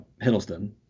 Hiddleston